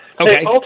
Okay